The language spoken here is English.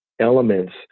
elements